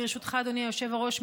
ברשותך אדוני היושב-ראש,